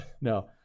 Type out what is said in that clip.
No